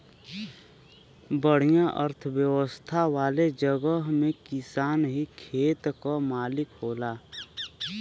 बढ़िया अर्थव्यवस्था वाले जगह में किसान ही खेत क मालिक होला